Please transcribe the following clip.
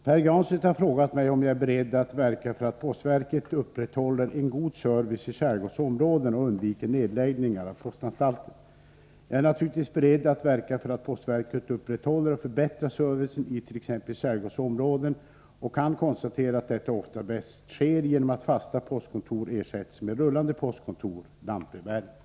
Postverket planerar att lägga ner postanstalten på Blidö i Norrtälje kommun. En nedläggning skulle innebära en allvarlig försämring för de boende, och planerna har skapat en stark lokal opinion. Åtgärden skulle gå stick i stäv mot strävandena att bevara en levande skärgård. Är statsrådet beredd att verka för att postverket upprätthåler en god service i skärgårdsområden och undviker nedläggningar av postanstalter?